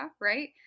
right